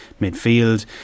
midfield